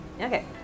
Okay